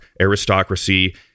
aristocracy